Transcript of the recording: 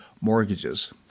mortgages